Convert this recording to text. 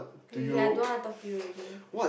okay okay okay I don't want to talk to you already